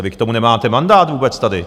Vy k tomu nemáte mandát vůbec tady!